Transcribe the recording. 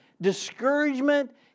discouragement